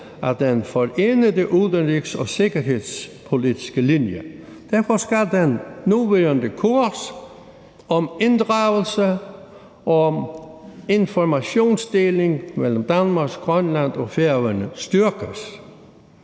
om den forenede udenrigs- og sikkerhedspolitiske linje, og derfor skal den nuværende kurs om inddragelse og informationsdeling mellem Danmark, Grønland og Færøerne styrkes.